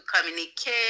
communicate